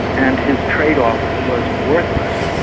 and his trade-off was worthless.